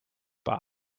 buy